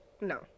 no